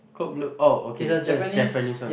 Code Blue oh okay that's Japanese one